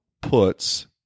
puts